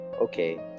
okay